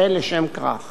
לאור האמור,